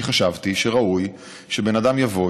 אני חשבתי שראוי שבן אדם יבוא,